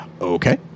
okay